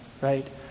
Right